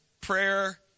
prayer